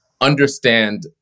understand